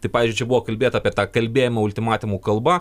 tai pavyzdžiui buvo kalbėta apie tą kalbėjimą ultimatumų kalba